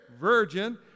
virgin